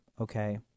okay